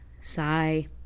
Sigh